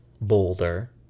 boulder